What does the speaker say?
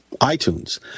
itunes